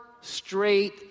straight